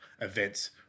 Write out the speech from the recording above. events